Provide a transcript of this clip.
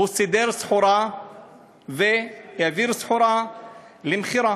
הוא סידר סחורה והעביר סחורה למכירה.